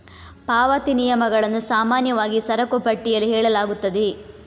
ಪಾವತಿ ನಿಯಮಗಳನ್ನು ಸಾಮಾನ್ಯವಾಗಿ ಸರಕು ಪಟ್ಟಿಯಲ್ಲಿ ಹೇಳಲಾಗುತ್ತದೆ